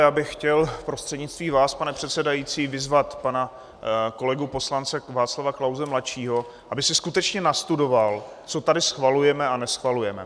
Já bych chtěl prostřednictvím vás, pane předsedající, vyzvat pana kolegu poslance Václava Klause mladšího, aby si skutečně nastudoval, co tady schvalujeme a neschvalujeme.